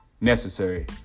necessary